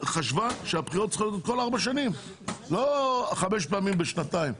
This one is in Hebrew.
חשבה שהבחירות צריכות להיות כל 4שנים ולא 5 פעמים בשנתיים.